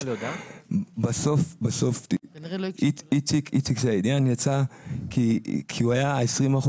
בסוף איציק סעידיאן יצא כי הוא היה 20%,